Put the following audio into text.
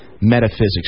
Metaphysics